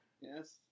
Yes